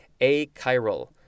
a-chiral